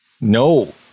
No